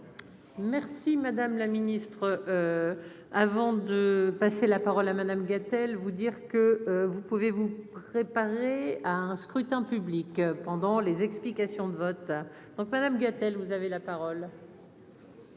Merci madame la ministre, avant de passer la parole à Madame Gatel vous dire que vous pouvez vous préparer à un scrutin public pendant les explications de vote, donc Madame Gatel vous avez la parole.